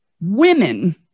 women